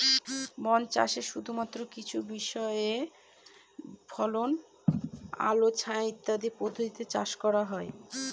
বন চাষে শুধুমাত্র কিছু বিশেষজাতীয় ফসলই আলো ছায়া ইত্যাদি পদ্ধতিতে চাষ করা হয়